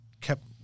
kept